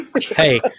Hey